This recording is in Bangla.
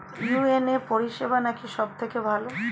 ইউ.এন.ও পরিসেবা নাকি সব থেকে ভালো?